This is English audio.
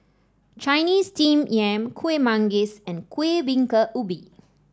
Chinese Steamed Yam Kuih Manggis and Kueh Bingka Ubi